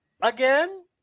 again